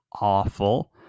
awful